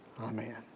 Amen